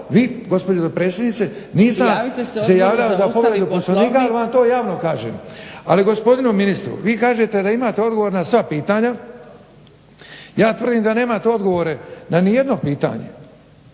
i Poslovnik. **Marasović, Dujomir (HDZ)** Ja vam to javno kažem. Ali gospodinu ministru vi kažete da imate odgovor na sva pitanja, ja tvrdim da nemate odgovore na nijedno pitanje